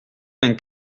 vingt